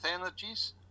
energies